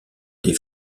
des